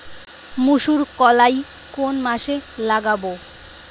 মুসুর কলাই কোন মাসে লাগাব?